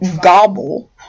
gobble